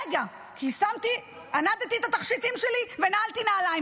רגע כי ענדתי את התכשיטים שלי ונעלתי נעליים.